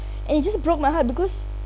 and it just broke my heart because